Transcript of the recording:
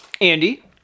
Andy